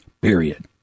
period